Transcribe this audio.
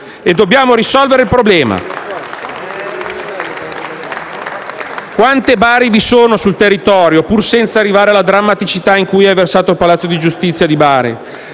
E dobbiamo risolvere il problema. Quante Bari vi sono sul territorio, pur senza arrivare alla drammaticità in cui è versato il palazzo di giustizia di